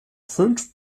fünf